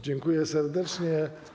Dziękuję serdecznie.